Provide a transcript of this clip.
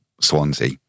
Swansea